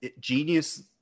genius